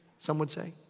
some would say.